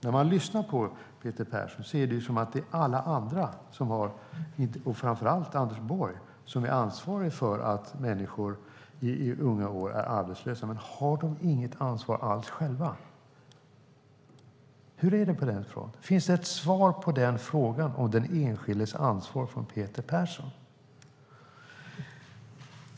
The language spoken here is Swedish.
När man lyssnar på Peter Persson låter det som att det är alla andra och framför allt Anders Borg som ansvarar för att människor i unga år är arbetslösa. Men har de inget ansvar alls själva? Finns det ett svar på frågan om den enskildes ansvar från Peter Persson?